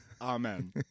Amen